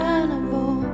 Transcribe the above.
animal